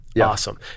Awesome